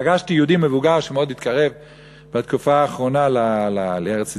פגשתי יהודי מבוגר שמאוד התקרב בתקופה האחרונה לארץ-ישראל,